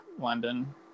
London